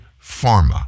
Pharma